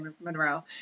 Monroe